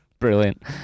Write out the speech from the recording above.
Brilliant